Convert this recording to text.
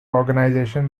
organisation